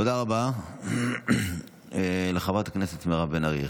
תודה רבה לחברת הכנסת מירב בן ארי.